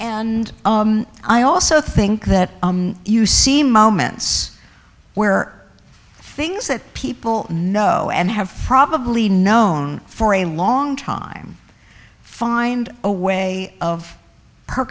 and i also think that you see moments where things that people know and have probably known for a long time find a way of per